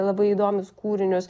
labai įdomius kūrinius